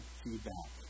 feedback